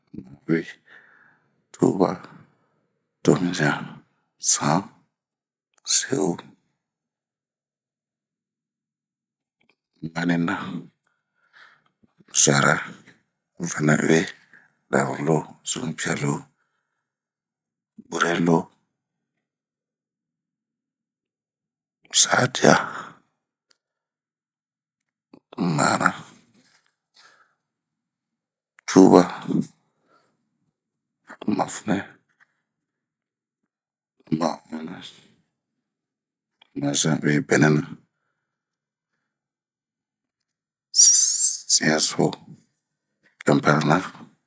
babaua, mauwi ,tuba ,tomiɲan ,san, seuh ,manina, zura, ŋaniuwi, dabulo, sunpiɛlo, burelo, sadia, mana, tuba, mafunɛ, maɔana ,mazanuwi, benena, siɛnso, kɛmparana